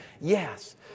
Yes